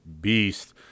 beast